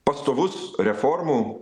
pastovus reformų